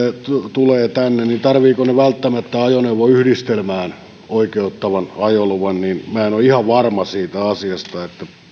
tulevat tänne niin tarvitsevatko he välttämättä ajoneuvoyhdistelmään oikeuttavan ajoluvan minä en ole ihan varma siitä asiasta kun